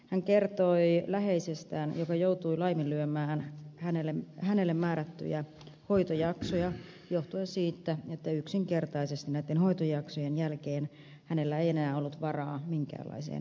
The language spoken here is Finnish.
hän kertoi läheisestään joka joutui laiminlyömään hänelle määrättyjä hoitojaksoja johtuen siitä että yksinkertaisesti näitten hoitojaksojen jälkeen hänellä ei enää ollut varaa minkäänlaiseen elämään